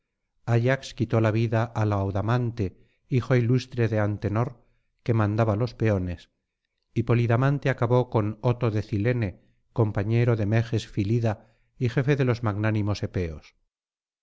ayax quitó la vida á laodamante hijo ilustre de antenor que mandaba los peones y polidamante acabó con oto de cilene compañero de meges filida y jefe de los magnánimos epeos